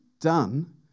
done